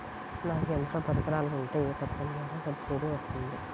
నాకు యంత్ర పరికరాలు ఉంటే ఏ పథకం ద్వారా సబ్సిడీ వస్తుంది?